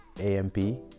amp